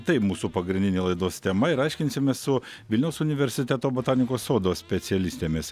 tai mūsų pagrindinė laidos tema ir aiškinsimės su vilniaus universiteto botanikos sodo specialistėmis